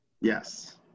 yes